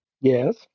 Yes